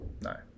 No